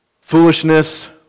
Foolishness